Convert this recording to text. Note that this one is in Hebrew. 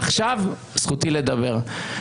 עכשיו זכותי לדבר.